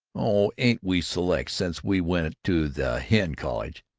oh, ain't we select since we went to that hen college!